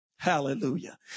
Hallelujah